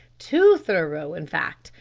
too thorough in fact,